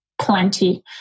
plenty